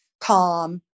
calm